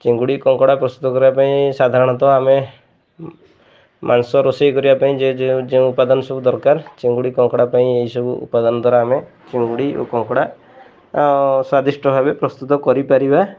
ଚିଙ୍ଗୁଡ଼ି କଙ୍କଡ଼ା ପ୍ରସ୍ତୁତ କରିବା ପାଇଁ ସାଧାରଣତଃ ଆମେ ମାଂସ ରୋଷେଇ କରିବା ପାଇଁ ଯେ ଯେଉଁ ଯେଉଁ ଉପାଦାନ ସବୁ ଦରକାର ଚିଙ୍ଗୁଡ଼ି କଙ୍କଡ଼ା ପାଇଁ ଏହିଇସବୁ ଉପାଦାନ ଦ୍ୱାରା ଆମେ ଚିଙ୍ଗୁଡ଼ି ଓ କଙ୍କଡ଼ା ସ୍ଵାଦିଷ୍ଟ ଭାବେ ପ୍ରସ୍ତୁତ କରିପାରିବା